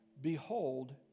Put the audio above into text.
behold